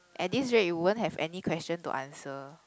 at this rate you won't have any question to answer